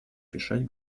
решать